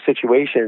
situations